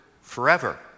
forever